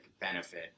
benefit